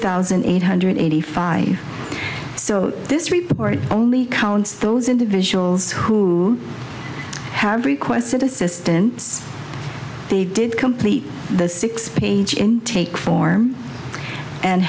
thousand eight hundred eighty five so this report only counts those individuals who have requested assistance they did complete the six page intake form and